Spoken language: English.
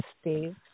Steve